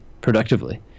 Productively